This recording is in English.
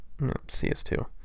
CS2